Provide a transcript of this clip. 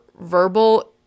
verbal